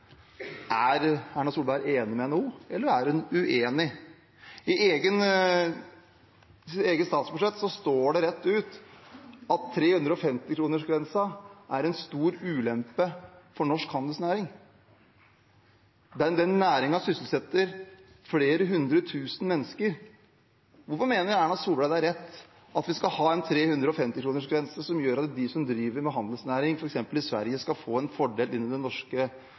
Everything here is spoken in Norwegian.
Er Erna Solberg enig med NHO, eller er hun uenig? I hennes eget statsbudsjett står det rett ut at 350-kronersgrensen for netthandel er en stor ulempe for norsk handelsnæring. Den næringen sysselsetter flere hundre tusen mennesker. Hvorfor mener Erna Solberg det er rett at vi skal ha en 350-kronersgrense som gjør at de som driver med handelsnæring f.eks. i Sverige, skal få en fordel i det norske